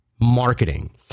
marketing